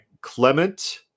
Clement